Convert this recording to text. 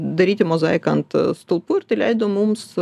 daryti mozaiką ant stulpų ir tai leido mums